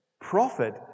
prophet